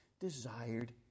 desired